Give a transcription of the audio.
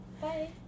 Bye